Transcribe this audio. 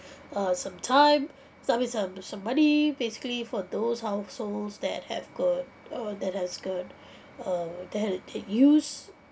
uh some time some mean some some money basically for those households that have a uh that has a uh that had that used